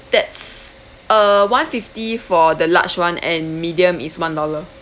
that's uh one fifty for the large one and medium is one dollar